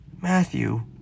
Matthew